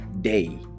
day